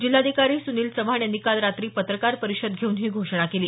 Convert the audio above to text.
जिल्हाधिकारी सुनिल चव्हाण यांनी काल रात्री पत्रकार परिषद घेऊन ही घोषणा केली